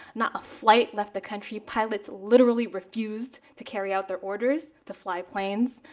not a flight left the country. pilots literally refused to carry out their orders to fly planes,